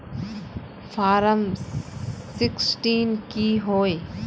Form sixteen की होय?